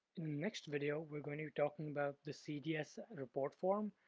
next video, we're going to be talking about the cds report form,